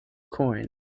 coin